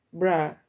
bra